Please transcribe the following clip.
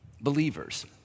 believers